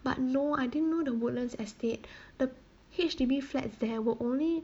but no I didn't know the woodlands estate the H_D_B flats there were only